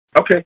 Okay